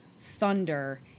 thunder